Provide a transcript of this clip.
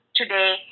today